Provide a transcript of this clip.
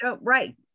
right